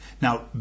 Now